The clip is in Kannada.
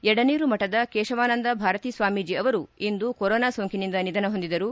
ಎಡನೀರು ಮಠದ ಕೇಶವಾನಂದ ಸ್ವಾಮೀಜಿ ಅವರು ಇಂದು ಕೊರೊನಾ ಸೋಂಕಿನಿಂದ ನಿಧನ ಹೊಂದಿದರು